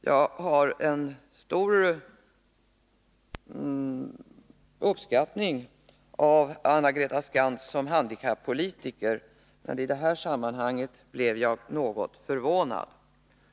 Jag uppskattar mycket Anna-Greta Skantz som handikappolitiker, men i detta sammanhang blev jag som sagt något förvånad.